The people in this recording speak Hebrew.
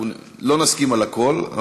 אנחנו לא נסכים על הכול,